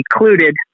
included